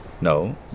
No